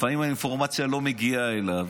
לפעמים האינפורמציה לא מגיעה אליו,